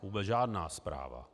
Vůbec žádná zpráva.